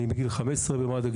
אני מגיל 15 במד"א,